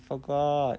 forgot